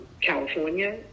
California